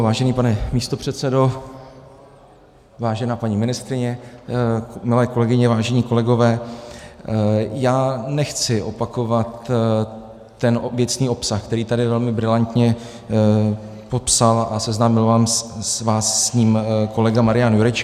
Vážený pane místopředsedo, vážená paní ministryně, milé kolegyně, vážení kolegové, já nechci opakovat ten obecný obsah, který tady velmi brilantně popsal a seznámil vás s ním kolega Marian Jurečka.